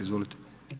Izvolite.